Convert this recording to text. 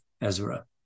Ezra